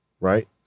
right